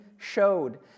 showed